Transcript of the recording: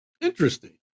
Interesting